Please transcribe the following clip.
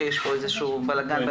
ככל שאנחנו ניצור הגבלות מצד אחד,